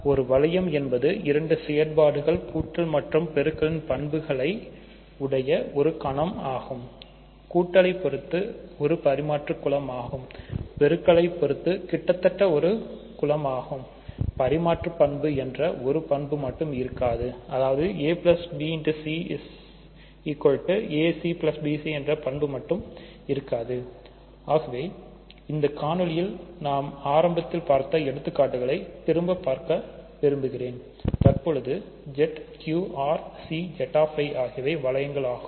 ஒரு வளையம் என்பது இரண்டு செயல்பாடுகள் கூட்டல் மற்றும் பெருக்களின் பண்புகளை உடைய ஒரு கணம் ஆகும் கூட்டலை பொறுத்தது ஒரு பரிமாற்று குலம் ஆகும் பெருக்கலை பொறுத்து கிட்டத்தட்ட குலம் ஆகும்பரிமாற்றுப்பண்பு என்ற ஒரு பண்பு மட்டும் இருக்காது அதாவது c acbc என்ற பண்பு மட்டும் இருக்காது இந்த காணொளிகள் நாம் ஆரம்பத்தில் பார்த்த எடுத்துக்காட்டுகளை திரும்பவும் பார்க்க விரும்புகிறேன் தற்பொழுது ZQRCZi ஆகியவை வளையங்கள் ஆகும்